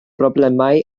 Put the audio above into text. broblemau